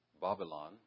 Babylon